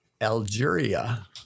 Algeria